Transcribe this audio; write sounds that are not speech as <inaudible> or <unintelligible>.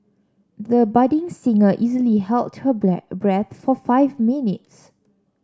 the budding singer easily held her <unintelligible> breath for five minutes